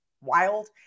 wild